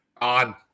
On